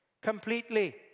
completely